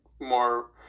more